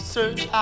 Search